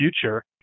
Future